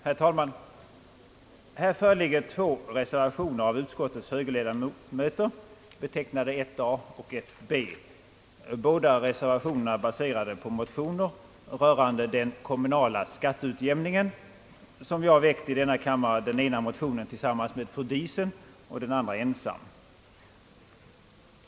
Herr talman! Vid denna punkt föreligger två reservationer av utskottets högerledamöter. Båda reservationerna, betecknade a och b, är baserade på motioner rörande den kommunala skatteutjämningen, den ena väckt i denna kammare av mig och fru Diesen och den andra av mig ensam.